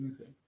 Okay